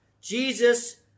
Jesus